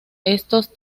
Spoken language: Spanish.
estos